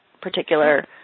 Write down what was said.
particular